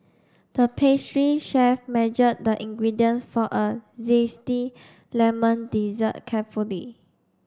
the pastry chef measured the ingredients for a zesty lemon dessert carefully